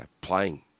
playing